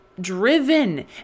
driven